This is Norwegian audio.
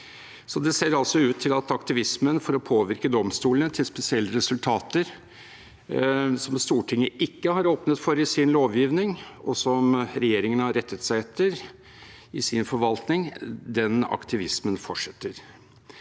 Det ser altså ut til at aktivismen for å påvirke domstolene til spesielle resultater – noe Stortinget ikke har åpnet for i sin lovgivning, og som regjeringen har rettet seg etter i sin forvaltning – fortsetter.